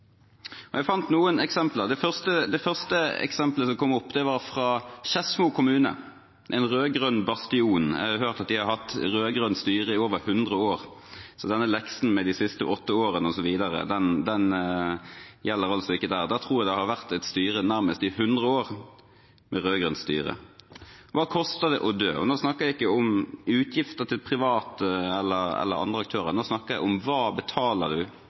kongeriket? Jeg fant noen eksempler. Det første eksemplet som kom opp, var fra Skedsmo kommune, en rød-grønn bastion. Jeg har hørt at de har hatt rød-grønt styre i over hundre år, så denne leksen med de siste åtte årene osv., gjelder altså ikke der. Der tror jeg det har vært et rød-grønt styre nærmest i hundre år. Hva koster det å dø? Og nå snakker jeg ikke om utgifter til private eller andre aktører. Nå snakker jeg om hva man betaler